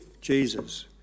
Jesus